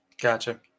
Gotcha